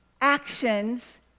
actions